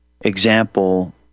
example